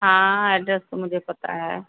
हाँ एड्रेस तो मुझे पता है